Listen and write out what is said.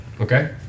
Okay